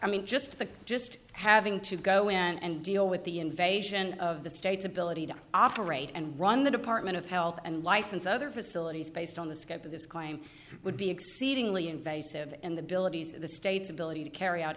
i mean just the just having to go in and deal with the invasion of the state's ability to operate and run the department of health and license other facilities based on the scope of this claim would be exceedingly invasive and the bill of the state's ability to carry out